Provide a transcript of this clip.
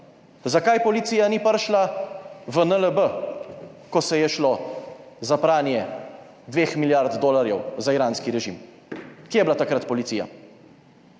Zakaj policija ni prišla v NLB, ko se je šlo za pranje dveh milijard dolarjev za iranski režim? Kje je bila takrat policija?